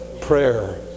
prayer